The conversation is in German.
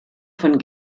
von